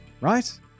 right